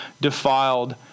defiled